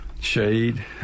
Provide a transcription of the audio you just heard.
shade